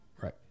Right